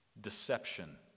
deception